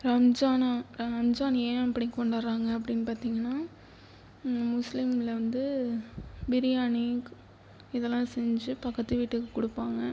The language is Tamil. ரம்ஜானா ரம்ஜான் ஏன் அப்படி கொண்டாடுறாங்க அப்படினு பார்த்தீங்கனா முஸ்லீம்ல வந்து பிரியாணி இதெல்லாம் செஞ்சு பக்கத்துக்கு வீட்டுக்கு கொடுப்பாங்க